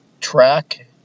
track